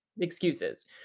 excuses